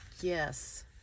Yes